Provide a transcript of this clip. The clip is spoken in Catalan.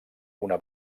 una